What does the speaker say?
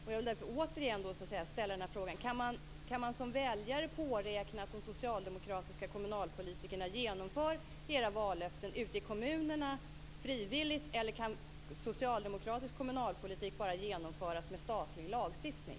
Jag vill därför återigen fråga: Kan man som väljare påräkna att de socialdemokratiska kommunalpolitikerna genomför era vallöften ute i kommunerna frivilligt, eller kan socialdemokratisk kommunalpolitik bara genomföras med statlig lagstiftning?